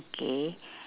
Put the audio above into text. okay